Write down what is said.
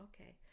okay